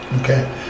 Okay